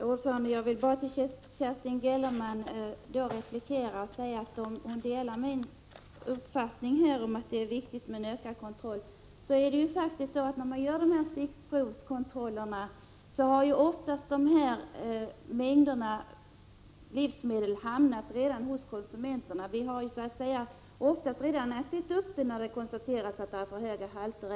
Herr talman! Kerstin Gellerman delar min uppfattning att det är viktigt med en ökad kontroll. Då vill jag bara betona att när stickprovskontrollen görs har oftast dessa livsmedel redan hamnat hos konsumenterna. Vi har så att säga redan ätit upp produkterna när det konstateras att de har för höga halter.